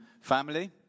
family